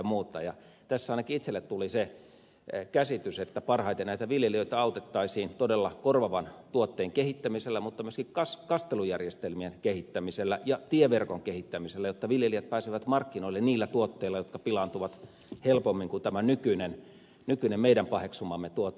tässä ainakin itselle tuli se käsitys että parhaiten näitä viljelijöitä autettaisiin todella korvaavan tuotteen kehittämisellä mutta myöskin kastelujärjestelmien kehittämisellä ja tieverkon kehittämisellä jotta viljelijät pääsevät markkinoille niillä tuotteilla jotka pilaantuvat helpommin kuin tämä nykyinen meidän paheksumamme tuote